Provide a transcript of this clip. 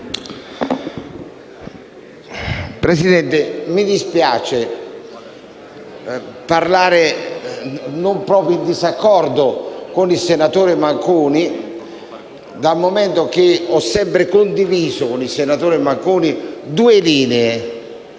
Presidente, mi dispiace parlare parzialmente in disaccordo con il senatore Manconi, dal momento che ho sempre condiviso con lui due linee: